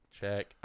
Check